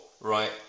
right